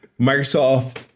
Microsoft